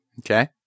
Okay